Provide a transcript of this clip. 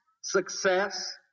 success